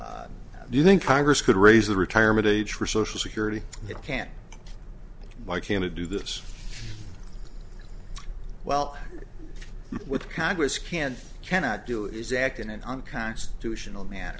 do you think congress could raise the retirement age for social security they can't why can't a do this well with congress can't cannot do is act in an unconstitutional man